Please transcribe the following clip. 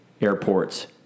Airport's